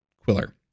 Quiller